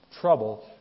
trouble